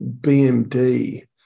BMD